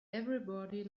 everybody